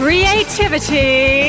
Creativity